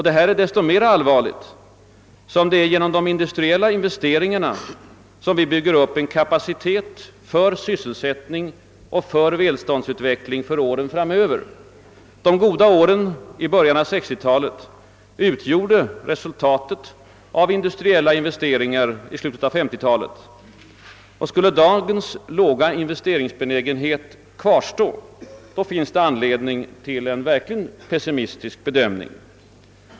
Detta är desto mera allvarligt som det är genom de industriella investeringarna som vi bygger upp en kapacitet för sysselsättning och för välståndsutveckling för åren framöver. De goda åren i början av 1960-talet utgjorde resultatet av industriella investeringar i slutet av 1950-talet. Skulle dagens låga investeringsbenägenhet kvarstå, finns det anledning till en verkligt pessimistisk bedömning.